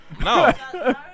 No